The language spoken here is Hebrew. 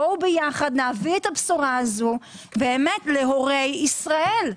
בואו יחד נביא את הבשורה הזאת להורי ישראל.